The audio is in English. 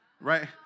right